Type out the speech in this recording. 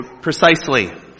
precisely